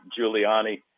Giuliani